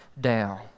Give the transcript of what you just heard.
down